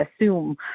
assume